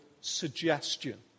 suggestion